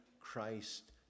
Christ